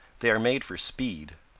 they are made for speed.